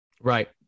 right